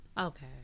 Okay